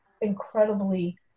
incredibly